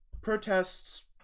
protests